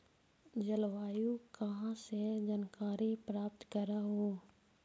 जलवायु कहा से जानकारी प्राप्त करहू?